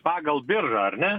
pagal biržą ar ne